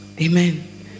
Amen